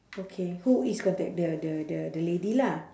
okay who is contact the the the the lady lah